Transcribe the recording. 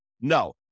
no